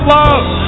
love